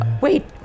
wait